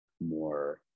more